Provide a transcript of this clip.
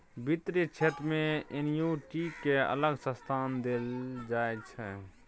बित्त क्षेत्र मे एन्युटि केँ अलग स्थान देल जाइ छै